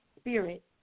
spirit